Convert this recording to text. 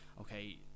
okay